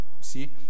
See